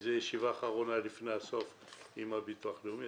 כי זו ישיבה אחרונה לפני הסוף עם הביטוח הלאומי,